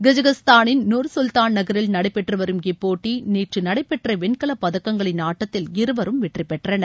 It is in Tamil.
கஜகஸ்தானில் நூர்சுல்தான் நகரில் நடைபெற்றுவரும் இப்போட்டி நேற்று நடைபெற்ற வெள்கலப்பதக்கங்களின் ஆட்டத்தில் இருவரும் வெற்றிப்பெற்றனர்